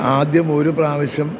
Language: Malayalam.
ആദ്യം ഒരു പ്രാവശ്യം